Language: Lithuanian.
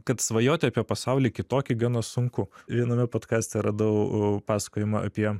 kad svajoti apie pasaulį kitokį gana sunku viename podkaste radau pasakojimą apie